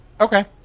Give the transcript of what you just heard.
Okay